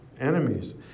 enemies